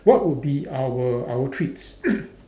what would be our our treats